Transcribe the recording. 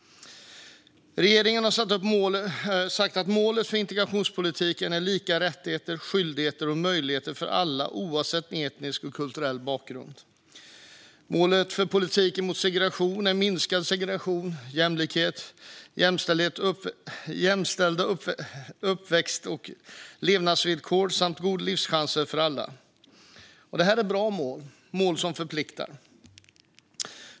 Regeringen har sagt att målet för integrationspolitiken är lika rättigheter, skyldigheter och möjligheter för alla oavsett etnisk och kulturell bakgrund. Målet för politiken mot segregation är minskad segregation, jämlika och jämställda uppväxt och levnadsvillkor samt goda livschanser för alla. Det är bra mål - mål som förpliktar.